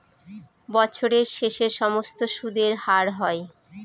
বছরের শেষে সমস্ত সুদের হার হয়